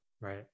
right